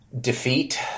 defeat